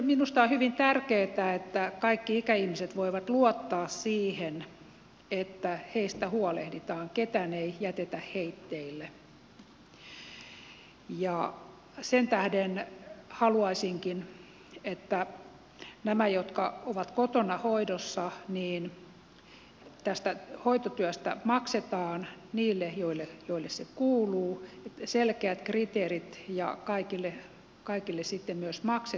minusta on hyvin tärkeätä että kaikki ikäihmiset voivat luottaa siihen että heistä huolehditaan ketään ei jätetä heitteille ja sen tähden haluaisinkin että näiden osalta jotka ovat kotona hoidossa tästä hoitotyöstä maksetaan niille joille se kuuluu on selkeät kriteerit ja kaikille sitten myös maksettaisiin